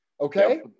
okay